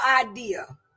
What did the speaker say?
idea